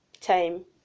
time